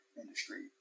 industry